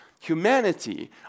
humanity